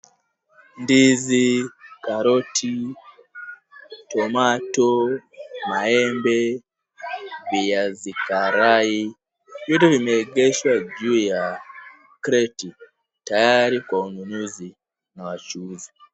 Ndizi, karoti, tomato , maembe, viazi karai, vyote vimeegeshwa juu ya kreti tayari kwa wanunuzi na wachuuzi.